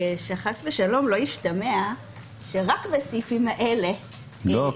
שחס ושלום לא ישתמע שרק בסעיפים האלה יש --- לא,